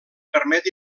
permet